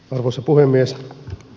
arvoisa puhemies